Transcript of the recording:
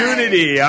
Unity